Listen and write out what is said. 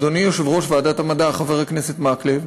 אדוני יושב-ראש ועדת המדע חבר הכנסת מקלב,